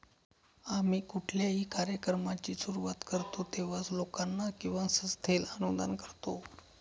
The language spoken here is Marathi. आम्ही कुठल्याही कार्यक्रमाची सुरुवात करतो तेव्हा, लोकांना किंवा संस्थेला अनुदान करतो